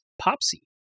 Popsy